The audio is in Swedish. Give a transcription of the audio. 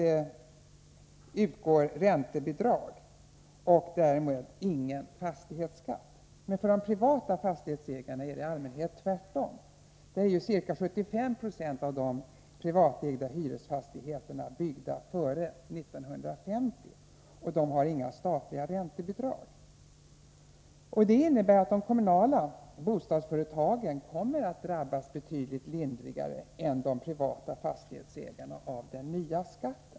Här utgår räntebidrag, och därför är det inte någon fastighetsskatt. För de privata fastighetsägarna är det i allmänhet tvärtom. Ca 75 96 av de privatägda hyresfastigheterna är ju byggda före 1950, varför det inte finns några statliga räntebidrag. Detta innebär att de kommunala bostadsföretagen kommer att drabbas betydligt lindrigare av den nya skatten än de privata fastighetsägarna.